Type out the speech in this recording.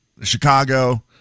Chicago